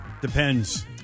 depends